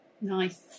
Nice